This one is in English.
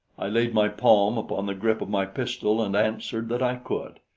i laid my palm upon the grip of my pistol and answered that i could.